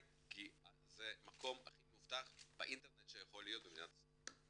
כי זה המקום הכי מאובטח באינטרנט שיכול להיות במדינת ישראל.